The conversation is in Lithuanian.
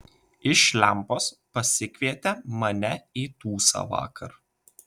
iš lempos pasikvietė mane į tūsą vakar